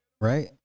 Right